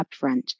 upfront